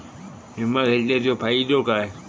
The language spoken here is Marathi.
विमा घेतल्याचो फाईदो काय?